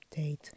update